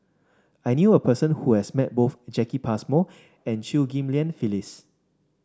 I knew a person who has met both Jacki Passmore and Chew Ghim Lian Phyllis